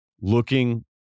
looking